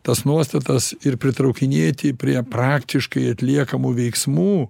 tas nuostatas ir pritraukinėti prie praktiškai atliekamų veiksmų